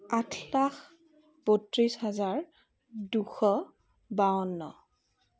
আঠ লাখ বত্ৰিছ হাজাৰ দুশ বাৱন্ন